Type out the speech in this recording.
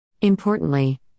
Importantly